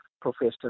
professor